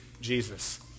Jesus